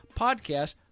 podcast